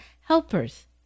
helpers